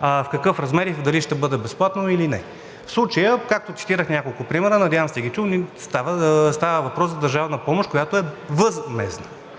в какъв размер, дали ще бъде безплатно или не. В случая, както цитирах няколко примера, надявах се да сте ги чули, става въпрос за държавна помощ, която е възмездна.